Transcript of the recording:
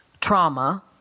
trauma